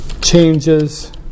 changes